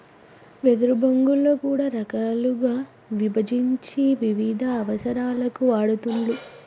వెదురు బొంగులో కూడా రకాలుగా విభజించి వివిధ అవసరాలకు వాడుతూండ్లు